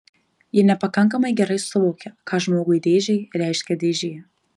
ji nepakankamai gerai suvokia ką žmogui dėžei reiškia dėžė